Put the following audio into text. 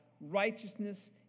righteousness